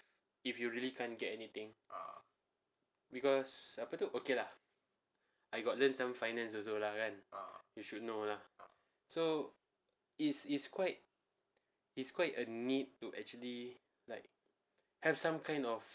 if you really can't get anything because apa tu okay lah I got learn some finance also lah kan you should know lah so is is quite is quite a need to actually like have some kind of